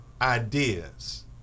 ideas